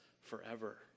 forever